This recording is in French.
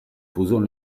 posons